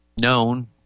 known